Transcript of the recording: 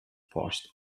post